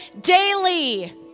daily